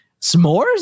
s'mores